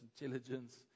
intelligence